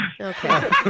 Okay